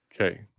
Okay